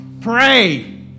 Pray